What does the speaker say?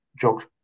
jog